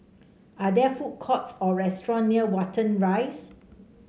are there food courts or restaurant near Watten Rise